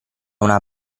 una